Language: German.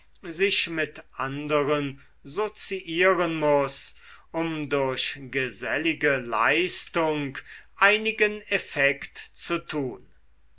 sich mit anderen soziieren muß um durch gesellige leistung einigen effekt zu tun